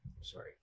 Sorry